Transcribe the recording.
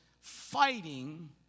fighting